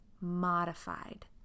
modified